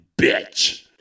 bitch